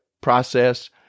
process